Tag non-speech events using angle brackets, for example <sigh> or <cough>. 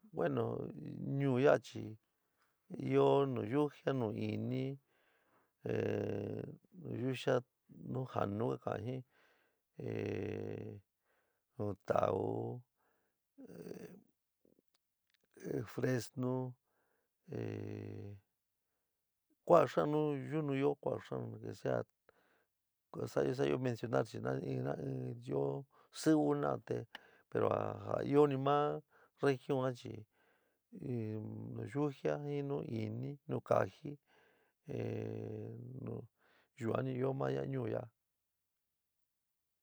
Bueno ñuú ya'a chi ɨó nuyuja, nuiɨnɨ ehh nuyuja nuujaánu ka ka'an jɨn <hesitation> nutá'u, <hesitation> frésnu, <hesitation> kua'a xaán nu yuúnuyo kua'a xaán en que sea ja sa'ayo sa'ayo mencionar chi naaá in na iɨn ɨó siwi ji na'a te pero ja ióni maá región a chi nuyujía jɨn nuiɨnɨ nukaáji ehh yuani ɨó ma ñuu yaá.